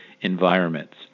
environments